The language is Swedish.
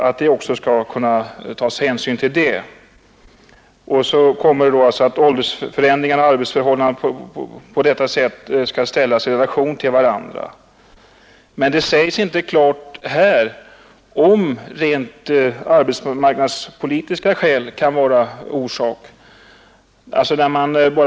Åldersförändringarna och arbetsförhållandena skall alltså då detta sätt ställas i relation till varandra. Det framgår emellertid inte klart av svaret om rent arbetsmarknadspolitiska skäl kan vara en orsak till förtidspensionering.